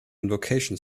invocation